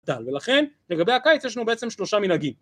ולכן לגבי הקיץ יש לנו בעצם שלושה מנהגים